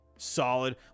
Solid